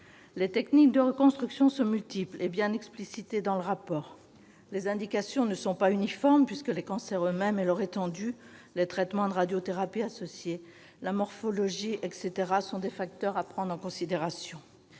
Les techniques de reconstruction sont multiples et bien explicitées dans le rapport. Les indications ne sont pas uniformes puisque les cancers eux-mêmes et leur étendue, les traitements de radiothérapie associés, la morphologie, etc., sont des facteurs à prendre en considération.